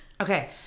Okay